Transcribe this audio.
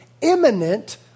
imminent